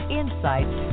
insights